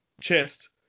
chest